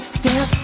step